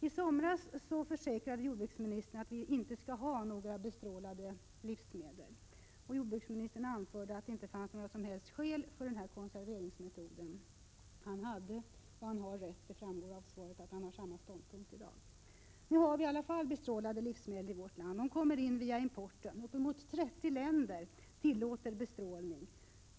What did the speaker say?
I somras försäkrade jordbruksministern att vi inte skall ha några bestrålade livsmedel. Jordbruksministern anförde att det inte fanns några som helst skäl till denna konserveringsmetod. Han hade och har rätt. Det framgår av svaret att han har samma ståndpunkt i dag. Nu har vi i alla fall bestrålade livsmedel i vårt land. Det kommer in via importen. Uppemot 30 länder tillåter bestrålning.